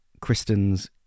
Kristen's